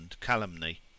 calumny